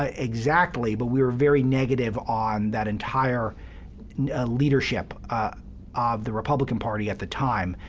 ah exactly, but we were very negative on that entire leadership of the republican party at the time.